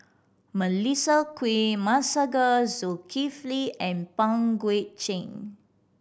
Melissa Kwee Masagos Zulkifli and Pang Guek Cheng